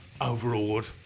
overawed